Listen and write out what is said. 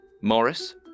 Morris